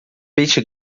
peixe